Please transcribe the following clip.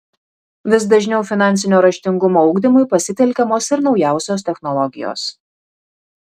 vis dažniau finansinio raštingumo ugdymui pasitelkiamos ir naujausios technologijos